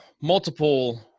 multiple